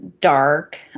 dark